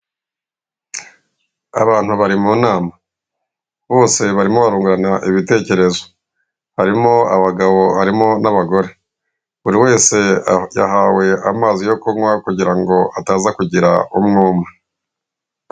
Abantu bari mu nama bose barimo barunganira ibitekerezo, harimo abagabo harimo n'abagore buri wese yahawe amazi yo kunywa kugira ngo ataza kugira umwuma.